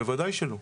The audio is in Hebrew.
בוודאי שלא.